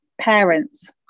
Parents